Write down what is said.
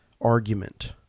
argument